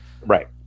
Right